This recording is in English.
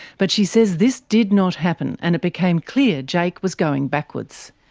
but she says this did not happen, and it became clear jake was going backwards.